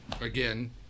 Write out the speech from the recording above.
again